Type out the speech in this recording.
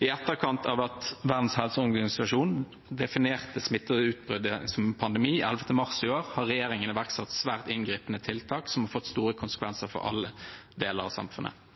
I etterkant av at Verdens helseorganisasjon definerte smitteutbruddet som en pandemi, den 11.mars i år, har regjeringen iverksatt svært inngripende tiltak, som har fått store konsekvenser for alle deler av samfunnet.